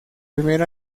primer